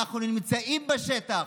אנחנו נמצאים בשטח,